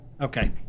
Okay